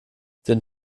den